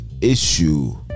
Issue